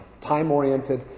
time-oriented